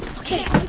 okay.